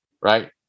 Right